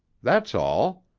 that's all.